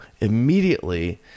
immediately